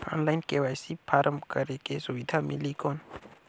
Online KYC form करेके सुविधा मिली कौन?